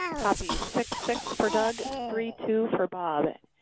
copy, six six for doug, three two for bob. and